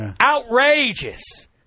Outrageous